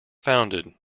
founded